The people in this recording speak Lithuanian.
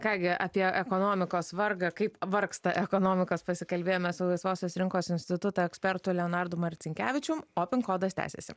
ką gi apie ekonomikos vargą kaip vargsta ekonomikos pasikalbėjome su laisvosios rinkos instituto ekspertu leonardu marcinkevičium o pin kodas tęsiasi